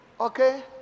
okay